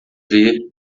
ver